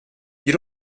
you